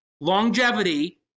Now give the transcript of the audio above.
longevity